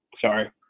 sorry